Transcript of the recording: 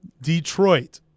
Detroit